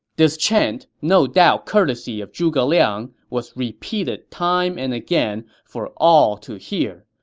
this chant, no doubt courtesy of zhuge liang, was repeated time and again for all to hear.